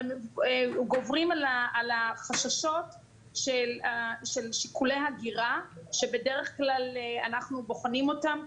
אבל הם גוברים על החששות של שיקולי הגירה שבדרך כלל אנחנו בוחנים אותם,